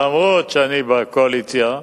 אף-על-פי שאני באופוזיציה,